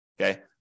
okay